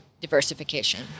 diversification